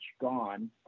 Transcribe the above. gone